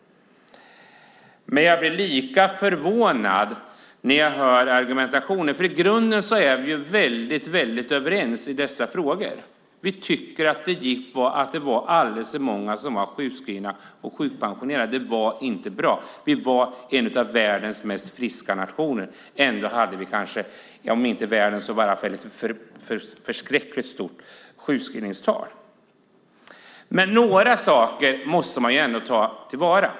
Men jag blir lika förvånad när jag hör argumentationen. I grunden är vi överens i dessa frågor. Vi tycker att det var alldeles för många som var sjukskrivna och sjukpensionerade. Det var inte bra. Det här var en av världens mest friska nationer. Ändå hade vi ett förskräckligt stort sjukskrivningstal. Men några saker måste vi ändå ta till vara.